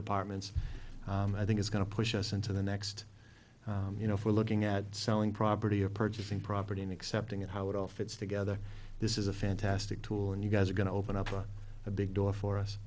departments i think it's going to push us into the next you know if we're looking at selling property or purchasing property and accepting it how it all fits together this is a fantastic tool and you guys are going to open up a big door for us